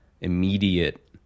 immediate